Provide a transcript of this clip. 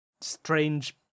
strange